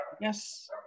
Yes